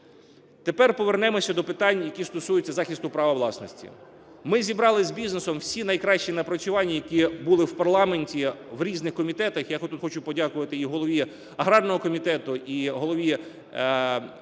Тепер повернемося до питань, які стосуються захисту права власності. Ми зібрали з бізнесом всі найкращі напрацювання, які були в парламенті, в різних комітетах. Я тут хочу подякувати і голові аграрного комітету, і голові Комітету